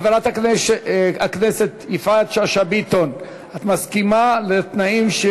חברת הכנסת יפעת שאשא ביטון, את מסכימה לתנאים?